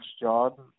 job